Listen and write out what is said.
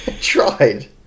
tried